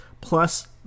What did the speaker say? plus